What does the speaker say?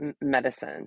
medicine